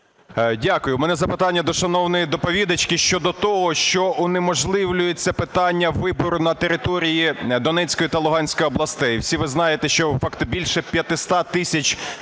Дякую. У мене запитання до шановної доповідачки щодо того, що унеможливлюється питання вибору на території Донецької та Луганської областей. Всі ви знаєте, що більше 500 тисяч